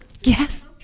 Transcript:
yes